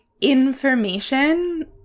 information